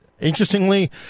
interestingly